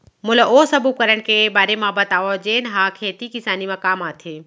मोला ओ सब उपकरण के बारे म बतावव जेन ह खेती किसानी म काम आथे?